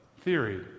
theory